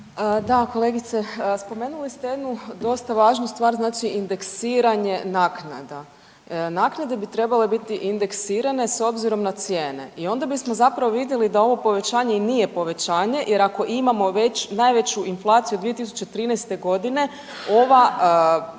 Da, kolegice, spomenuli ste jednu dosta važnu stvar, znači indeksiranje naknada. Naknade bi trebale biti indeksirane s obzirom na cijene i onda bismo zapravo vidjeli da ovo povećanje i nije povećanje jer ako imamo već, najveću inflaciju od 2013. g. ova